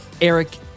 Eric